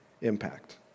impact